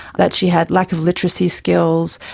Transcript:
that she had lack of literary skills,